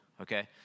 okay